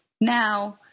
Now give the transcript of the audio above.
Now